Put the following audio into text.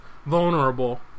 vulnerable